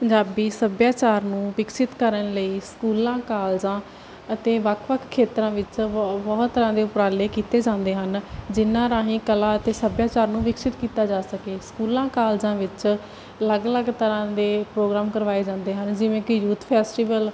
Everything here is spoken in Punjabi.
ਪੰਜਾਬੀ ਸੱਭਿਆਚਾਰ ਨੂੰ ਵਿਕਸਿਤ ਕਰਨ ਲਈ ਸਕੂਲਾਂ ਕਾਲਜਾਂ ਅਤੇ ਵੱਖ ਵੱਖ ਖੇਤਰਾਂ ਵਿੱਚ ਬਹੁਤ ਤਰ੍ਹਾਂ ਦੇ ਉਪਰਾਲੇ ਕੀਤੇ ਜਾਂਦੇ ਹਨ ਜਿਨਾਂ ਰਾਹੀਂ ਕਲਾ ਅਤੇ ਸੱਭਿਆਚਾਰ ਨੂੰ ਵਿਕਸਿਤ ਕੀਤਾ ਜਾ ਸਕੇ ਸਕੂਲਾਂ ਕਾਲਜਾਂ ਵਿੱਚ ਅਲੱਗ ਅਲੱਗ ਤਰ੍ਹਾਂ ਦੇ ਪ੍ਰੋਗਰਾਮ ਕਰਵਾਏ ਜਾਂਦੇ ਹਨ ਜਿਵੇਂ ਕਿ ਯੂਥ ਫੈਸਟੀਵਲ